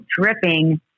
dripping